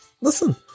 Listen